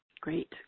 Great